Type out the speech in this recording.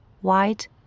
white